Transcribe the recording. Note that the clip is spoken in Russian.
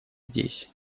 здесь